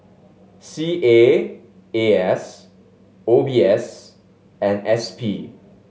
C A A S O B S and S P